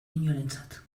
inorentzat